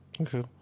Okay